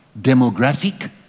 demographic